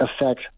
affect